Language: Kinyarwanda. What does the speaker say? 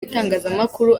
itangazamakuru